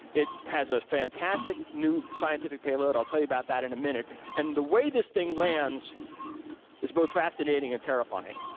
it has a fantastic new scientific payload, i'll tell you about that in a minute. and the way this thing lands is both fascinating and terrifying.